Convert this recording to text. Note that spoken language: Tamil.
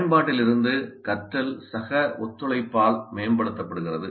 பயன்பாட்டிலிருந்து கற்றல் சக ஒத்துழைப்பால் மேம்படுத்தப்படுகிறது